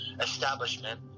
establishment